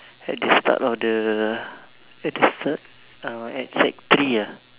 at the start of the at the start uh at sec three ah